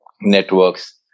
Networks